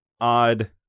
odd